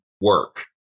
work